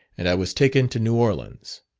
and i was taken to new orleans.